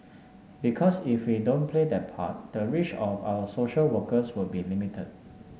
because if we don't play that part the reach of our social workers will be limited